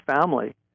family